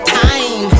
time